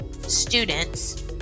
students